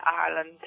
Ireland